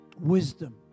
wisdom